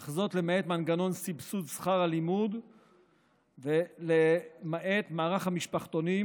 אך זאת למעט מנגנון סבסוד שכר הלימוד ולמעט מערך המשפחתונים,